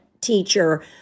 teacher